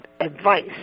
advice